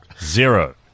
zero